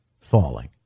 falling